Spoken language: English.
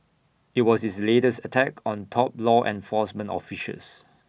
IT was his latest attack on top law enforcement officials